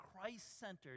Christ-centered